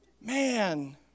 Man